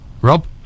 Rob